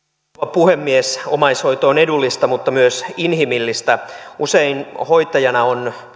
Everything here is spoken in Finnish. puhemies omaishoito on edullista mutta myös inhimillistä usein hoitajana on